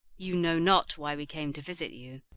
you know not why we came to visit you